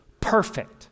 perfect